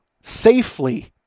safely